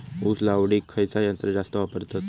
ऊस लावडीक खयचा यंत्र जास्त वापरतत?